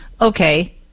Okay